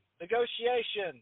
negotiation